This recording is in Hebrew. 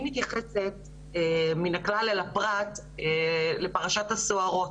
אני מתייחסת מן הכלל אל הפרט לפרשת הסוהרות.